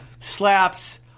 slaps